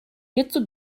hierzu